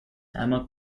emma